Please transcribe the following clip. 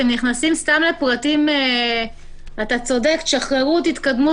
אתם נכנסים לפרטים תשחררו, תתקדמו.